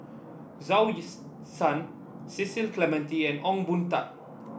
Zhou Ye Cecil Clementi and Ong Boon Tat